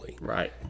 Right